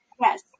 Yes